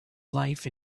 life